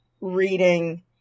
reading